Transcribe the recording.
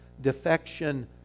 defection